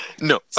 No